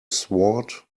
sword